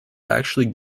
actually